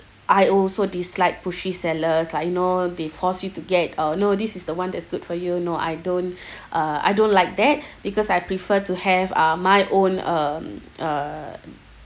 I also dislike pushy sellers like you know they force you to get uh no this is the one that's good for you no I don't uh I don't like that because I prefer to have uh my own um uh